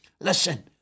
Listen